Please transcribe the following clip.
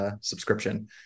subscription